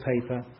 paper